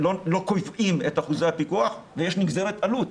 קובעים את אחוזי הפיקוח ויש נגזרת עלות.